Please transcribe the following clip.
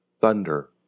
thunder